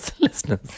listeners